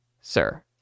sir